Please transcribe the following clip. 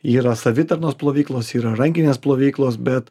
yra savitarnos plovyklos yra rankinės plovyklos bet